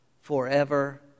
forever